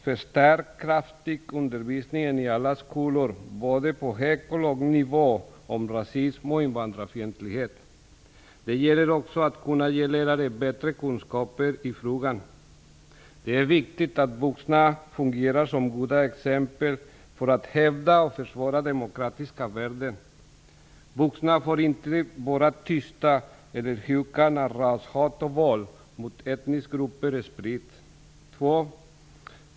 Förstärk kraftigt undervisningen om rasism och invandrarfientlighet i alla skolor, på både hög och låg nivå. Det gäller också att kunna ge lärare bättre kunskaper i frågan. Det är viktigt att vuxna fungerar som goda exempel för att hävda och försvara demokratiska värden. Vuxna får inte vara tysta eller huka när rashat och våld mot etniska grupper sprids. 3.